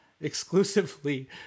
exclusively